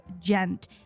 gent